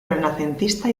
renacentista